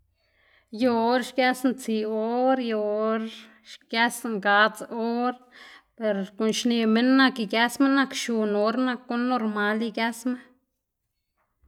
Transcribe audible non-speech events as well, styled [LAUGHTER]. Yu or xgësná tsiꞌ or, yu or xgësná gadz or per guꞌn xneꞌ minn nak igësma nak xun or nak guꞌn normal igësma. [NOISE]